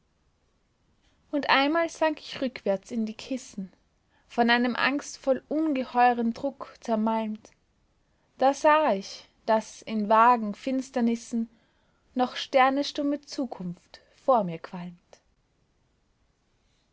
und einmal sank ich rückwärts in die kissen von einem angstvoll ungeheuren druck zermalmt da sah ich daß in vagen finsternissen noch sternestumme zukunft vor mir qualmt